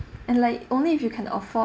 and like only if you can afford